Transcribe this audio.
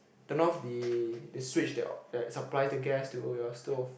turn off the the switch that that supply the gas to your stove